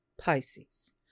Pisces